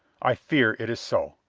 i fear it is so!